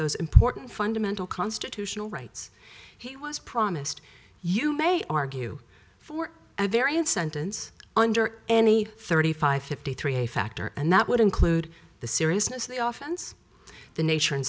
those important fundamental constitutional rights he was promised you may argue for and there and sentence under any thirty five fifty three a factor and that would include the seriousness the oftens the nature and